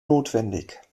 notwendig